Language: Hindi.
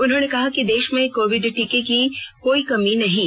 उन्होंने कहा कि देश में कोविड टीके की कोइ कमी नहीं है